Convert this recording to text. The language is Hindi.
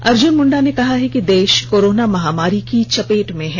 अर्जुन मुण्डा ने कहा है कि देष कोरोना महामारी की चपेट में है